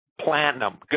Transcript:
platinum